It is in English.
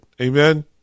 Amen